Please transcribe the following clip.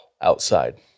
outside